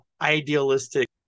idealistic